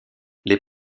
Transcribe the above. les